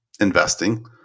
investing